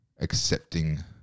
Accepting